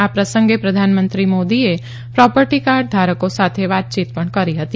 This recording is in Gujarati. આ પ્રસંગે પ્રધાનમંત્રી નરેન્દ્ર મોદીએ પ્રોપર્ટી કાર્ડ ધારકો સાથે વાતચીત પણ કરી હતી